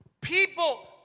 People